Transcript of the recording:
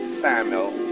Samuel